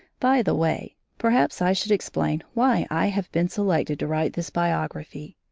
by the way, perhaps i should explain why i have been selected to write this biography.